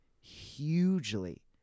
hugely